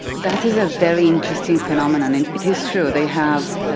that is a very interesting phenomenon. and it is true, they have